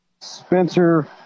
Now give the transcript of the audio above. Spencer